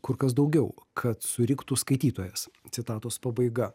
kur kas daugiau kad suriktų skaitytojas citatos pabaiga